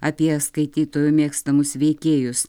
apie skaitytojų mėgstamus veikėjus